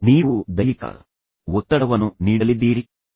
ನೀವು ದೈಹಿಕ ಒತ್ತಡವನ್ನು ನೀಡಲಿದ್ದೀರಿ ಅದು ಒತ್ತಡದಲ್ಲಿದೆ